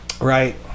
Right